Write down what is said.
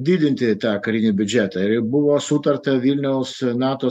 didinti tą karinį biudžetą ir buvo sutarta vilniaus nato